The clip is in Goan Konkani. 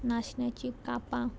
नाशण्याची कापां